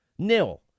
Nil